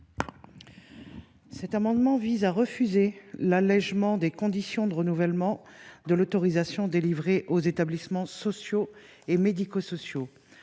Cet amendement vise à refuser l’allégement des conditions de renouvellement de l’autorisation délivrée aux établissements sociaux et médico sociaux.